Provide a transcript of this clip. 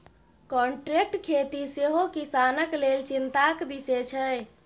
contract खेती सेहो किसानक लेल चिंताक बिषय छै